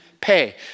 pay